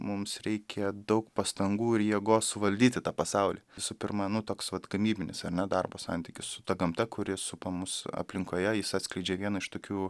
mums reikia daug pastangų ir jėgos suvaldyti tą pasaulį visų pirma nu toks vat gamybinis ar ne darbo santykis su ta gamta kuri supa mus aplinkoje jis atskleidžia vieną iš tokių